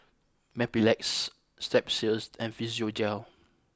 Mepilex Strepsils and Physiogel